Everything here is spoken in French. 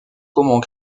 comment